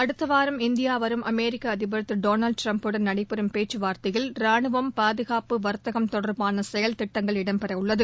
அடுத்த வாரம் இந்தியா வரும் அமெரிக்க அதிபர் திரு டொனால்டு ட்டிரம்புடன் நடைபெறும் பேச்சுவா்த்தையில் ராணுவம் பாதுகாப்பு வா்த்தகம் தொடா்பான செயல் திட்டங்கள் இடம்பெறவுள்ளது